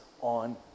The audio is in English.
on